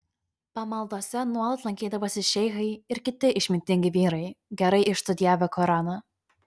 pamaldose nuolat lankydavosi šeichai ir kiti išmintingi vyrai gerai išstudijavę koraną